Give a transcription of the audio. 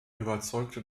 überzeugte